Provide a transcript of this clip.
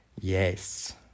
Yes